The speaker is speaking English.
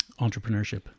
entrepreneurship